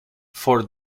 for